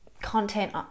content